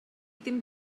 ddim